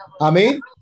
Amen